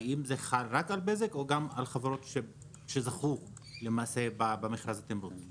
האם זה חל רק על בזק או גם על חברות שזכו במכרז התמרוץ?